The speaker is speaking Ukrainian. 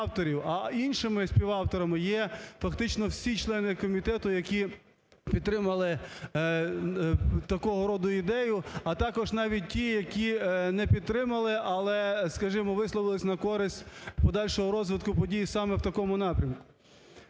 а іншими співавторами є фактично всі члени комітету, які підтримали такого роду ідею, а також навіть ті, які не підтримали, але, скажімо, висловились на користь подальшого розвитку подій саме в такому напрямку.